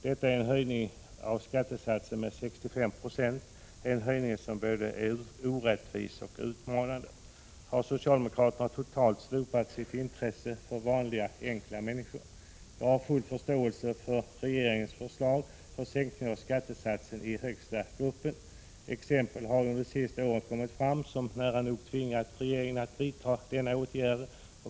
Detta är en höjning av skattesatsen med 65 96 — en höjning som är både orättvis och utmanande. Har socialdemokraterna totalt slopat sitt intresse för vanliga enkla människor? Jag har full förståelse för regeringens förslag till sänkning av skattesatsen i den högsta gruppen. Fall har förekommit de senaste åren som nära nog har tvingat regeringen att vidta denna åtgärd.